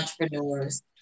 entrepreneurs